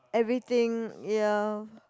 everything ya